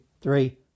three